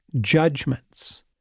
judgments